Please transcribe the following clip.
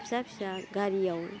फिसा फिसा गारियाव